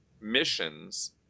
missions